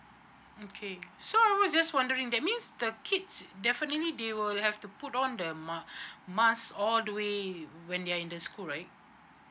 okay so I was just wondering that means the kids definitely they will have to put on the ma~ mask all the way when they are in the school right